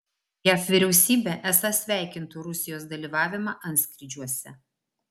jav vyriausybė esą sveikintų rusijos dalyvavimą antskrydžiuose